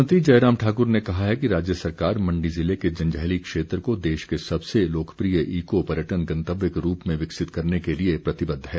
मुख्यमंत्री जयराम ठाकुर ने कहा है कि राज्य सरकार मण्डी ज़िले के जंजैहली क्षेत्र को देश के सबसे लोकप्रिय इको पर्यटन गंतव्य के रूप में विकसित करने के लिए प्रतिबद्व है